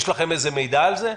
האם יש לכם איזה מידע על זה?